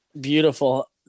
Beautiful